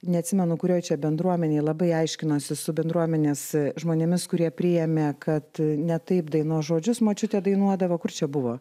neatsimenu kurioj čia bendruomenėj labai aiškinosi su bendruomenės žmonėmis kurie priėmė kad ne taip dainos žodžius močiutė dainuodavo kur čia buvo